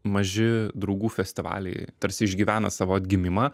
maži draugų festivaliai tarsi išgyvena savo atgimimą